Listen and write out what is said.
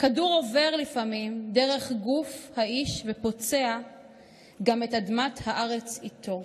// כדור עובר לפעמים דרך / גוף האיש ופוצע גם את / אדמת הארץ איתו".